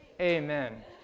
Amen